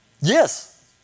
Yes